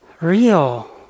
real